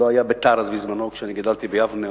לא היה בית"ר אז בזמנו כשגדלתי ביבנה